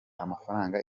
amafaranga